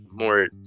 more